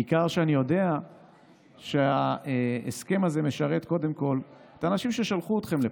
בעיקר כשאני יודע שההסכם הזה משרת קודם כול את האנשים ששלחו אתכם לפה.